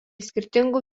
skirtingų